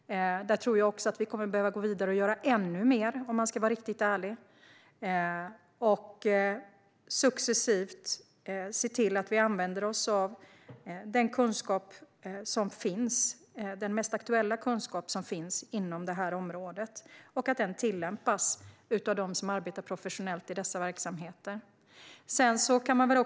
Där tror jag att vi kommer att behöva gå vidare och göra ännu mer, om man ska vara riktigt ärlig. Det gäller att successivt se till att vi använder oss av den mest aktuella kunskap som finns inom området och att den tillämpas av dem som arbetar professionellt i dessa verksamheter.